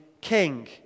king